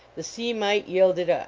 the sea might yield it up.